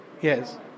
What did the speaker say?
Yes